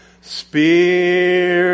Spirit